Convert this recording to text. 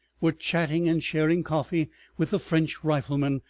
were chatting and sharing coffee with the french riflemen,